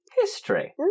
History